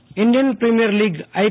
L Indian Premier League I